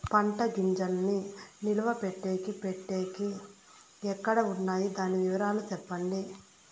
పంటల గింజల్ని నిలువ పెట్టేకి పెట్టేకి ఎక్కడ వున్నాయి? దాని వివరాలు సెప్పండి?